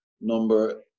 number